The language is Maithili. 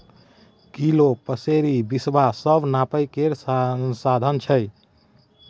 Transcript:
किलो, पसेरी, बिसवा सब नापय केर साधंश छै